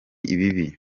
bibi